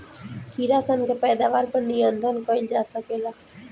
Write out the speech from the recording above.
कीड़ा सन के पैदावार पर नियंत्रण कईल जा सकेला